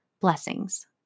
Blessings